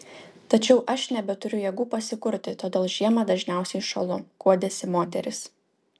tačiau aš nebeturiu jėgų pasikurti todėl žiemą dažniausiai šąlu guodėsi moteris